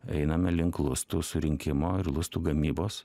einame link lustų surinkimo ir lustų gamybos